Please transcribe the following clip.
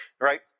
right